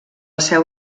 seu